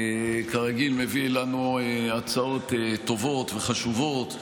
כרגיל הוא מביא לנו הצעות טובות וחשובות,